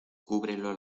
cúbrelo